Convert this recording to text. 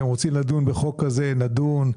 אתם רוצים לדון בחוק הזה - נדון,